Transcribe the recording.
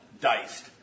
diced